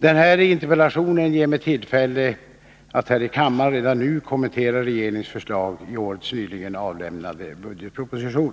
Den här interpellationen ger mig tillfälle att här i kammaren redan nu kommentera regeringens förslag i årets nyligen avlämnade budgetproposition.